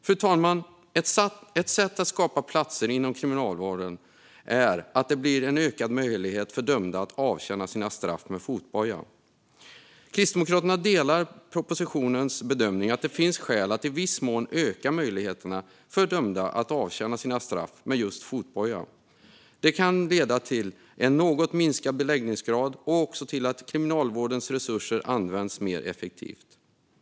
Fru talman! Ett sätt att skapa platser inom kriminalvården är att öka möjligheten för dömda att avtjäna sina straff med fotboja. Kristdemokraterna instämmer i bedömningen i propositionen; det finns skäl att i viss mån öka möjligheterna för dömda att avtjäna sina straff med just fotboja. Det kan leda till en något minskad beläggningsgrad och till att Kriminalvårdens resurser används mer effektivt.